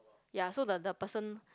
ya so the the person